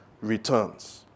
returns